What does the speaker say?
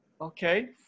Okay